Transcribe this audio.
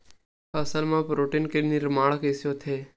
फसल मा प्रोटीन के निर्माण कइसे होथे?